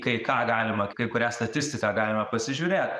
kai ką galima kai kurią statistiką galime pasižiūrėt